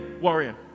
warrior